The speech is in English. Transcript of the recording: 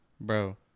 bro